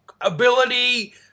ability